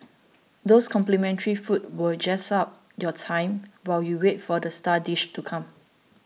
those complimentary foods will jazz up your time while you wait for the star dishes to come